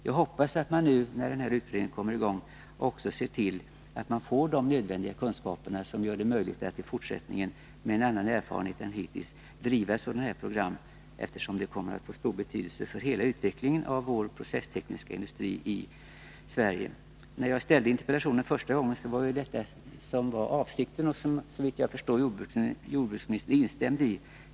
Jag hoppas att man när utredningen nu kommeri gång också ser till att man får de kunskaper som gör det möjligt att i fortsättningen, med en annan erfarenhet än hittills, driva sådana här program, eftersom detta kommer att ha stor betydelse för hela utvecklingen av den processtekniska industrin i Sverige. När jag ställde interpellationen första gången hade jag samma syfte, och det har, såvitt jag förstår, jordbruksministern instämt i.